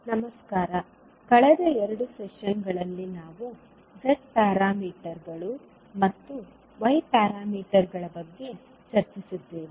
ನಮಸ್ಕಾರ ಕಳೆದ ಎರಡು ಸೆಷನ್ಗಳಲ್ಲಿ ನಾವು z ಪ್ಯಾರಾಮೀಟರ್ಗಳು ಮತ್ತು y ಪ್ಯಾರಾಮೀಟರ್ಗಳ ಬಗ್ಗೆ ಚರ್ಚಿಸಿದ್ದೇವೆ